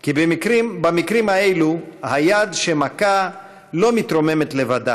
כי במקרים האלה היד שמכה לא מתרוממת לבדה,